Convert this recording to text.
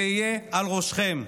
זה יהיה על ראשכם.